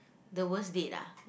the worst date ah